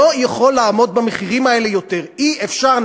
הוא לא יכול לעמוד במחירים האלה יותר, אי-אפשר.